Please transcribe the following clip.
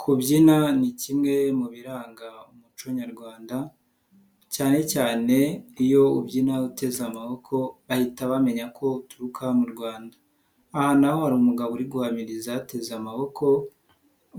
Kubyina ni kimwe mu biranga umuco Nyarwanda cyane cyane iyo ubyina uteze amaboko bahita bamenya ko uturuka mu Rwanda. Aha naho hari umugabo uri guhamiriza ateze amaboko